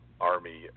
Army